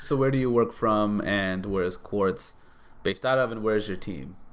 so where do you work from, and where is quartz based out of, and where is your team,